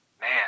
Man